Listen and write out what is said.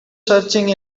searching